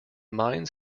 mines